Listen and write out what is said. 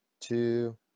two